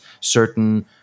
certain